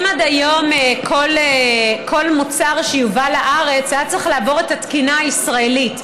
עד היום כל מוצר שיובא לארץ היה צריך לעבור את התקינה הישראלית.